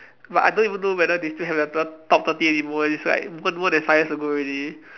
but I don't even know whether they still have the top thirty anymore it's like more than more than five years ago already